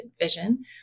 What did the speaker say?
vision